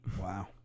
Wow